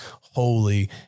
holy